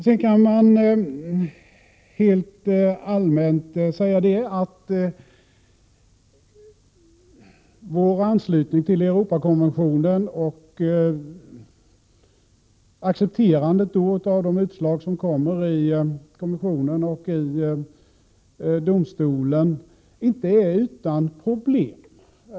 Sedan kan man helt allmänt säga att vår anslutning till Europakonventionen och accepterandet av utslagen i kommissionen och i domstolen inte är utan problem.